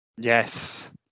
yes